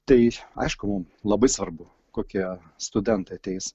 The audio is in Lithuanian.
tai aišku mum labai svarbu kokie studentai ateis